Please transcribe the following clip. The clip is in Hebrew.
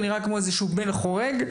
הוא הבן החורג,